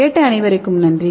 கேட்ட அனைவருக்கும் நன்றி